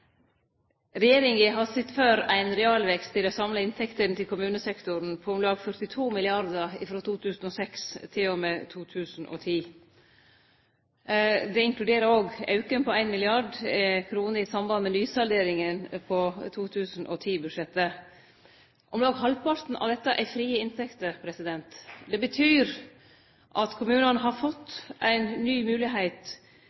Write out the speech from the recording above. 2010. Det inkluderer òg auken på 1 mrd. kr i samband med nysalderinga av 2010-budsjettet. Om lag halvparten av dette er frie inntekter. Det betyr at kommunane har